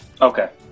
Okay